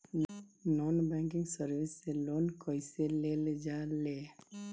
Non banking service से loan कैसे लेल जा ले?